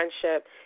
friendship